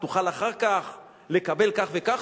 תוכל אחר כך לקבל כך וכך,